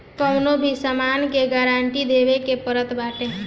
कवनो भी सामान के गारंटी देवे के पड़त बाटे